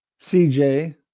CJ